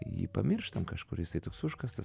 jį pamirštam kažkur jisai toks užkastas